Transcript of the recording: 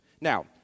Now